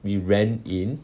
we ran in